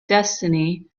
destiny